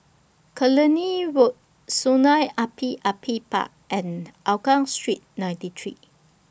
Killiney Road Sungei Api Api Park and Hougang Street ninety three